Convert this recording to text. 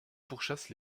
pourchasse